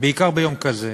בעיקר ביום כזה,